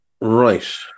Right